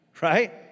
right